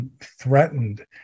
Threatened